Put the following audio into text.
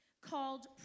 called